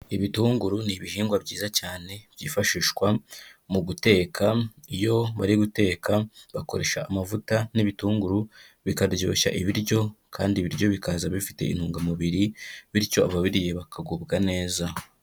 Ibitunguru ni ibihingwa byiza cyane byifashishwa mu guteka, iyo bari guteka bakoresha amavuta n'ibitunguru bikaryoshya ibiryo kandi ibiryo bikaza bifite intungamubiri, bityo ababiriyeba bakagubwa neza.